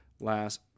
last